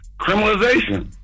criminalization